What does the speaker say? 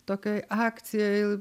tokioj akcijoj